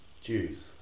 Jews